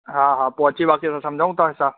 हा हा पोइ अची वापसी में समुझूं था असां